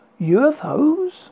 UFOs